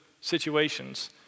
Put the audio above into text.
situations